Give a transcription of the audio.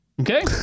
Okay